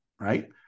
right